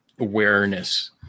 awareness